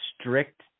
strict